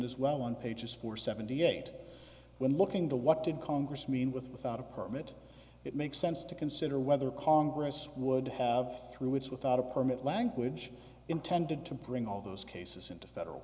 as well on pages four seventy eight when looking to what did congress mean without a permit it makes sense to consider whether congress would have through its without a permit language intended to bring all those cases into federal